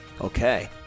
Okay